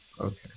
okay